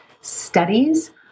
studies